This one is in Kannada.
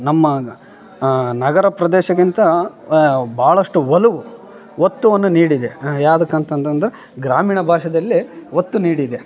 ನಮ್ಮ ನಗರ ಪ್ರದೇಶಕ್ಕಿಂತ ಭಾಳಷ್ಟು ಒಲವು ಒತ್ತುವನ್ನು ನೀಡಿದೆ ಯಾವ್ದಕ್ಕೆ ಅಂತಂತಂದ್ರೆ ಗ್ರಾಮೀಣ ಭಾಷೆದಲ್ಲಿ ಒತ್ತು ನೀಡಿದೆ